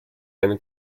ein